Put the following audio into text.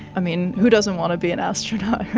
i mean, who doesn't want to be an astronaut?